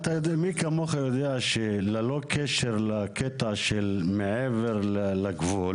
אבל מי כמוך יודע שללא קשר לקטע של מעבר לגבול